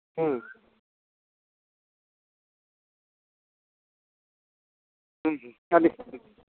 ᱦᱩᱸ ᱦᱩᱸ ᱦᱩᱸ ᱟᱹᱰᱤ ᱥᱟᱹᱨᱤ ᱠᱟᱛᱷᱟ